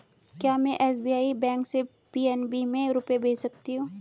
क्या में SBI bank से पी.एन.बी में रुपये भेज सकती हूँ?